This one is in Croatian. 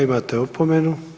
Imate opomenu.